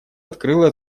открыла